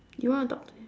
you want to talk to him